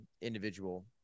individual